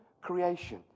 creation